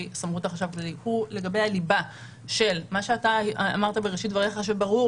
סמכות החשב הכללי הוא לגבי הליבה של מה שאתה אמרת בראשית דבריך ברור,